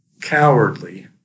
Cowardly